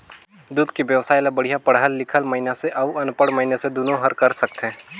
दूद के बेवसाय ल बड़िहा पड़हल लिखल मइनसे अउ अनपढ़ मइनसे दुनो हर कर सकथे